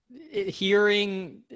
Hearing